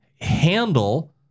handle